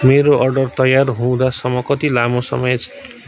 मेरो अर्डर तयार हुँदासम्म कति लामो समय